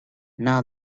now